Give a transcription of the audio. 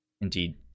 indeed